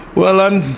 well, i'm.